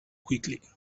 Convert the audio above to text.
quickly